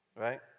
right